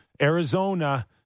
Arizona